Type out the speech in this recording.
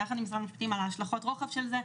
ביחד עם משרד המשפטים על השלכות הרוחב של זה.